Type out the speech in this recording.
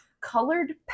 colored